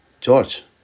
George